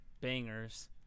bangers